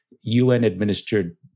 UN-administered